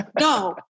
no